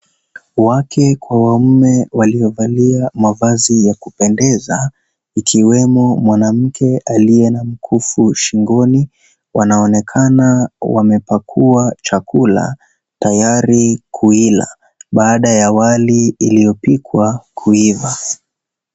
Wake kwa waume waliovalia mavazi ya kupendeza ikiwemo mwanamke aliye na mkufu shingoni wanaonekana wamepakua chakula tayari kuila baada ya wali iliyopikwa kuiva.